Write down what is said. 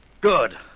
Good